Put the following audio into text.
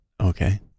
Okay